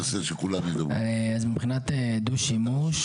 של דו-שימוש,